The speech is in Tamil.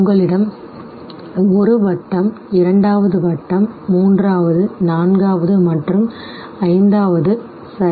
உங்களிடம் ஒரு வட்டம் இரண்டாவது வட்டம் மூன்றாவது நான்காவது மற்றும் ஐந்தாவது சரி